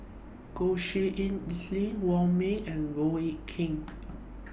Goh Tshin En Sylvia Wong Ming and Goh Eck Kheng